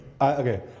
Okay